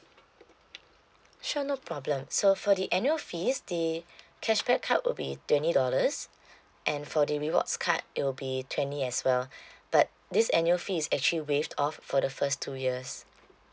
sure no problem so for the annual fees the cashback card will be twenty dollars and for the rewards card it will be twenty as well but this annual fee is actually waived off for the first two years